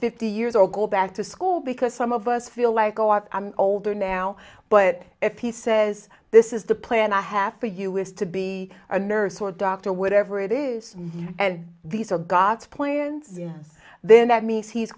fifty years or go back to school because some of us feel like oh i'm older now but if he says this is the plan i have for us to be a nurse or doctor whatever it is and these are god's plans then that means he